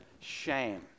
shame